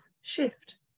shift